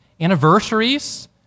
anniversaries